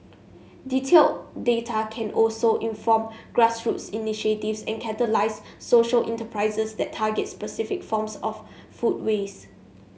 detailed data can also inform grassroots initiatives and catalyse social enterprises that target specific forms of food waste